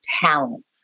talent